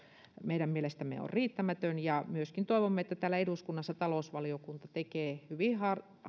meidän mielestämme on riittämätön ja myöskin toivomme että täällä eduskunnassa talousvaliokunta tekee